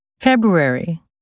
February